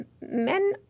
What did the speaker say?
men